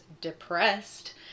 depressed